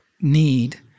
need